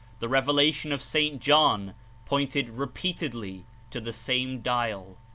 the revel ation of st. john pointed repeatedly to the same dial.